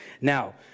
Now